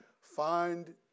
find